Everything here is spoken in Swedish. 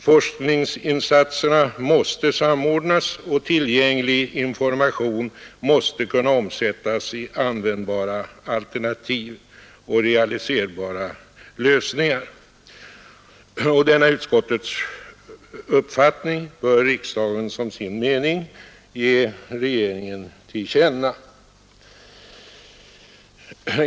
Forskningsinsatserna måste samordnas, och tillgänglig information måste kunna omsättas i användbara alternativ och realiserbara lösningar. Denna utskottets uppfattning bör riksdagen som sin mening ge regeringen till känna.